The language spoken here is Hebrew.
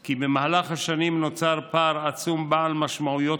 כי במהלך השנים נוצר פער עצום בעל משמעויות